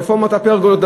רפורמת הפרגולות,